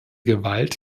gewalt